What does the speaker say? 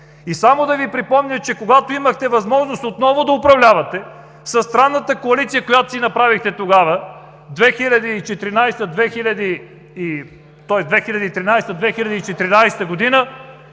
И само да Ви припомня, че когато имахте възможност отново да управлявате със странната коалиция, която си направихте тогава – 2013-2014 г.,